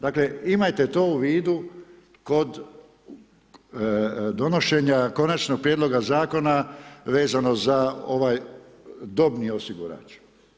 Dakle, imajte to u vidu kod donošenja Konačnog prijedloga zakona vezano za ovaj dobni osigurač.